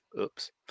oops